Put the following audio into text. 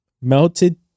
melted